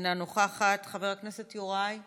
אינה נוכחת, חבר הכנסת יוראי להב,